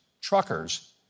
truckers